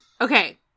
Okay